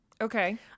Okay